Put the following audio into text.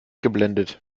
geblendet